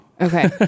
okay